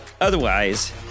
Otherwise